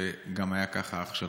שגם היה אח שכול.